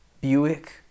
Buick